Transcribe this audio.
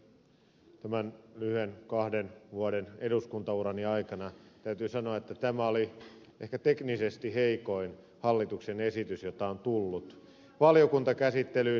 täytyy sanoa että tämän lyhyen kahden vuoden eduskuntaurani ajalta tämä oli ehkä teknisesti heikoin hallituksen esitys joka on tullut valiokuntakäsittelyyn